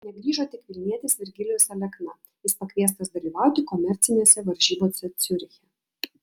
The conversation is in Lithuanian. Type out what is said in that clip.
negrįžo tik vilnietis virgilijus alekna jis pakviestas dalyvauti komercinėse varžybose ciuriche